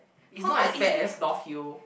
it's not as bad as north-hill